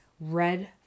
red